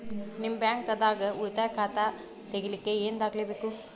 ನಿಮ್ಮ ಬ್ಯಾಂಕ್ ದಾಗ್ ಉಳಿತಾಯ ಖಾತಾ ತೆಗಿಲಿಕ್ಕೆ ಏನ್ ದಾಖಲೆ ಬೇಕು?